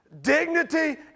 dignity